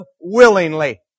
willingly